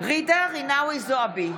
ג'ידא רינאוי זועבי,